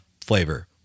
flavor